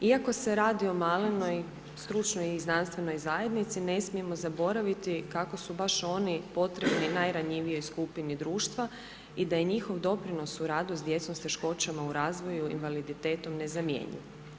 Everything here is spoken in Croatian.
Iako se radi o malenoj stručnoj i znanstvenoj zajednici ne smijemo zaboraviti kako su baš oni potrebni najranjivijoj skupini društva i da je njihov doprinos u radu s djecom s teškoćama u razvoju invaliditetom nezamjenjiv.